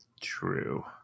True